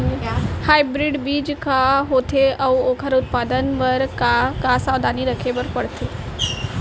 Hybrid बीज का होथे अऊ ओखर उत्पादन बर का का सावधानी रखे बर परथे?